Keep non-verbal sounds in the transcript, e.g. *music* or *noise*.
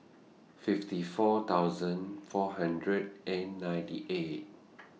fifty four thousand four hundred and ninety eight *noise*